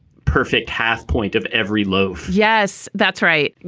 perfect half point of every loaf yes, that's right. you